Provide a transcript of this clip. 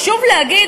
חשוב להגיד,